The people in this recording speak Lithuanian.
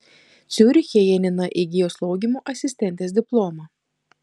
ciuriche janina įgijo slaugymo asistentės diplomą